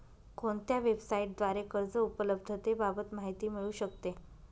कोणत्या वेबसाईटद्वारे कर्ज उपलब्धतेबाबत माहिती मिळू शकते?